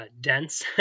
dense